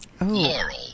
Laurel